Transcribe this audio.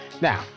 Now